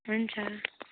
हुन्छ